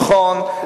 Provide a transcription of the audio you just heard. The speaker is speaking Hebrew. נכון,